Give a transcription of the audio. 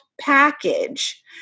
package